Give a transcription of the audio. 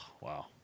wow